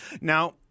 Now